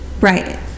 Right